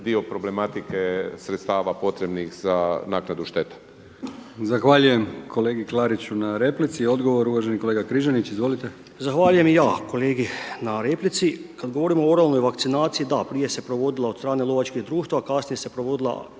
dio problematike sredstava potrebnih za naknadu štete. **Brkić, Milijan (HDZ)** Zahvaljujem kolegi Klariću na replici i odgovor uvaženi kolega Križanić. Izvolite. **Križanić, Josip (HDZ)** Zahvaljujem i ja kolegi na replici. Kada govorim o oralnoj vakcinaciji, da, prije se provodila od strane lovačkog društva, kasnije se provodila